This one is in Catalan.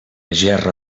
gerra